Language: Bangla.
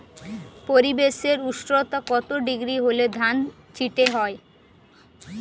পরিবেশের উষ্ণতা কত ডিগ্রি হলে ধান চিটে হয়?